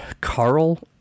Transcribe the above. Carl